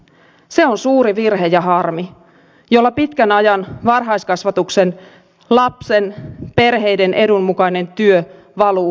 se on suuri virhe ja harmi jolla pitkän ajan varhaiskasvatuksen lapsen perheiden edun mukainen työ valuu hukkaan